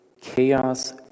chaos